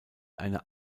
eine